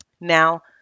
Now